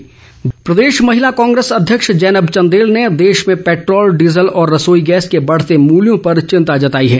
जैनब चंदेल प्रदेश महिला कांग्रेस अध्यक्ष जैनब चंदेल ने देश में पैट्रोल डीजल व रसोई गैस के बढ़ते मुल्यों पर चिंता जताई है